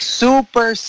super